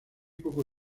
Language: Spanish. poco